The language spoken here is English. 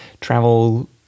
travel